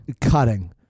Cutting